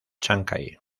chancay